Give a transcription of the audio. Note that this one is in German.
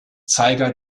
zeiger